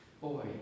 Boy